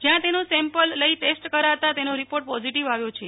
જ્યાં તેનું સેમન્લ લઈ ટેસ્ટ કરાતા તેનો રિપોર્ટ પોઝીટીવ આવ્યો છે